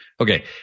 Okay